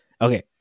Okay